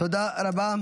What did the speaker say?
תודה רבה.